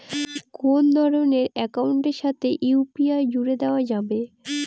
কোন ধরণের অ্যাকাউন্টের সাথে ইউ.পি.আই জুড়ে দেওয়া যাবে?